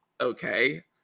okay